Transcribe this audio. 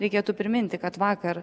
reikėtų priminti kad vakar